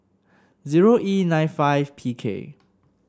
zero E nine five P K